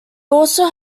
also